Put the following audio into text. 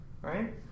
right